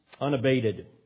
unabated